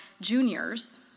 juniors